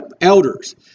elders